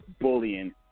bullying